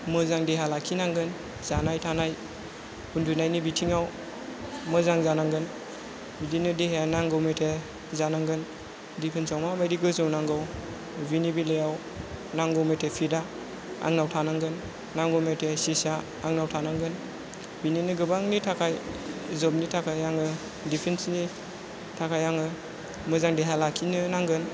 मोजां देहा लाखिनांगोन जानाय थानाय उन्दुनायनि बिथिंआव मोजां जानांगोन बिदिनो देहाया नांगौ मथे जानांगोन दिफेन्साव माबायदि गोजौ नांगौ बिनि बेलायाव नांगौ मथे फिटआ आंनाव थानांगोन नांगौ बायदि साइजआ आंनाव थानांगोन बिदिनो गोबांनि थाखाय जबनि थाखाय आङो दिफेन्सनि थाखाय आङो मोजां देहा लाखिनो नांगोन